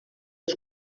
els